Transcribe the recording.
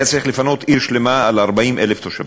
היה צריך לפנות עיר שלמה, על 40,000 תושביה.